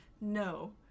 no